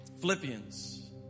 Philippians